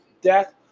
death